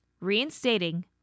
reinstating